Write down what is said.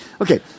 Okay